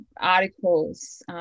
articles